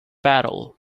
battle